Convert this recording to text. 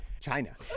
China